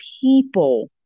people